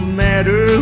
matter